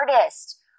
artist